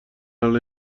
الان